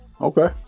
Okay